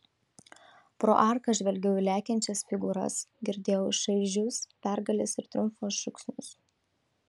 pro arką žvelgiau į lekiančias figūras girdėjau šaižius pergalės ir triumfo šūksnius